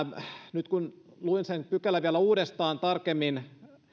nyt kun luin sen pykälän vielä uudestaan tarkemmin